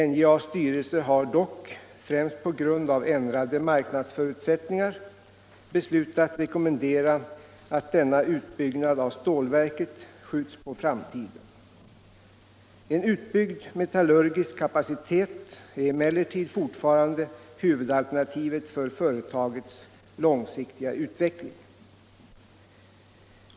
'NJA:s styrelse har dock, främst på grund av ändrade marknadsförutsättningar, beslutat rekommendera att denna utbyggnad av stålverket skjuts på framtiden. En utbyggd metallurgisk kapacitet är emellertid fortfarande huvudalternativet för företagets långsiktiga utveckling.